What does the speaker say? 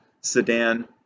sedan